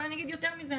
יותר מזה,